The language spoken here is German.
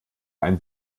ein